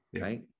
right